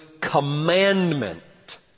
commandment